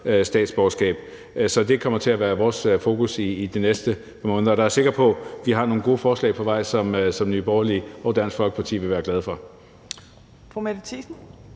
statsborgerskab. Det kommer til at være vores fokus i de næste par måneder. Nye Borgerlige kan være sikre på, at vi har nogle gode forslag på vej, som Nye Borgerlige og Dansk Folkeparti vil være glade for.